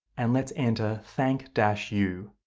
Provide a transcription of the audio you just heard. and let's enter thank, dash, you.